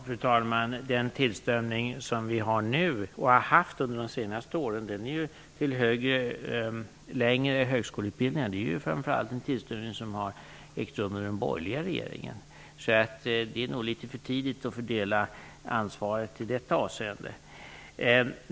Fru talman! Den tillströmning till längre högskoleutbildningar vi nu har, och har haft under de senaste åren, har ju framför allt ägt rum under den borgerliga regeringen. Det är nog litet för tidigt att fördela ansvaret i det avseendet.